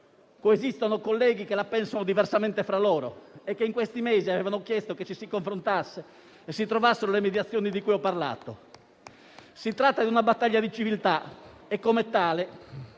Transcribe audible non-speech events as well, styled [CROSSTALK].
coesistono colleghi che la pensano diversamente fra loro e che in questi mesi avevano chiesto che ci si confrontasse e si trovassero le mediazioni di cui ho parlato. [APPLAUSE] Si tratta di una battaglia di civiltà e, come tale,